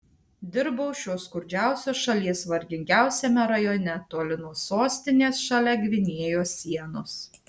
dirbau šios skurdžiausios šalies vargingiausiame rajone toli nuo sostinės šalia gvinėjos sienos